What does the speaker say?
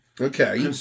Okay